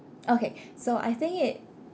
okay so I think it